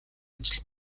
ажил